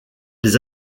les